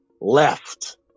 left